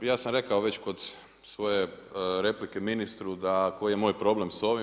Ja sam rekao već kod svoje replike ministru da koji je moj problem s ovim.